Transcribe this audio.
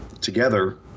together